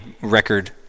record